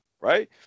right